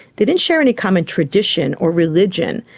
they didn't share any common tradition or religion.